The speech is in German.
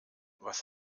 was